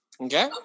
Okay